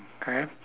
okay